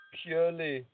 purely